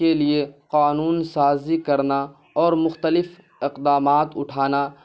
کے لیے قانون سازی کرنا اور مختلف اقدامات اٹھانا